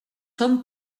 són